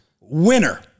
Winner